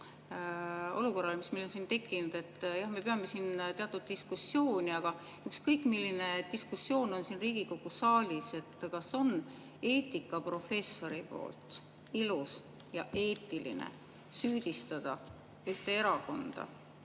olukorrale, mis meil on siin tekkinud. Jah, me peame siin teatud diskussiooni, aga ükskõik, milline diskussioon on siin Riigikogu saalis, kas on eetikaprofessori poolt ilus ja eetiline süüdistada ühte erakonda,